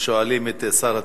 שואלים את שר התמ"ת.